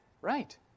right